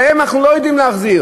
להם אנחנו לא יודעים להחזיר.